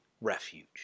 refuge